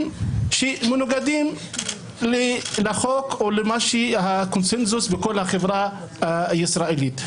שמנוגדים לחוק או למה שבקונצנזוס של החברה הישראלית.